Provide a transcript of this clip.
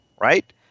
right